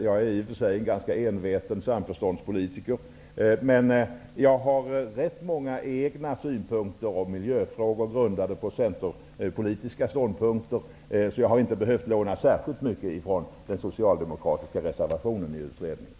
Jag är i och för sig en ganska enveten samförståndspolitiker, men jag har rätt många egna synpunkter om miljövården, grundade på centerpolitiska ståndpunkter. Jag har därför inte behövt låna särskilt mycket från den socialdemokratiska reservationen i utredningen.